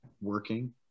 working